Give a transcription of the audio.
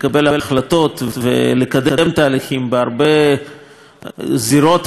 וקידום תהליכים בהרבה זירות היום בעולם,